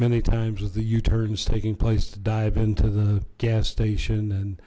many times of the u turns taking place to dive into the gas station and